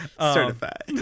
Certified